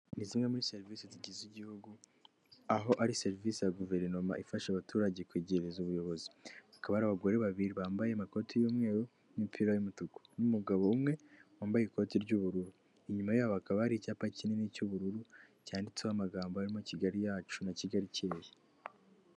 Ni zimwe muri serivisi zigize igihugu aho ari serivisi ya guverinoma ifasha abaturage kwegereza ubuyobozi, akaba ari abagore babiri bambaye amakoti y'umweru n'imipira y'umutuku n'umugabo umwe wambaye ikoti ry'ubururu, inyuma yabo akaba ari icyapa kinini cy'ubururu cyanditseho amagambo arimo Kigali yacu na Kigali ikeye.